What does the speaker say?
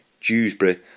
Dewsbury